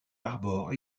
arbore